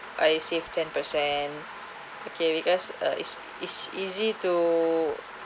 I save ten percent okay because uh is is easy to